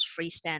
freestanding